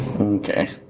Okay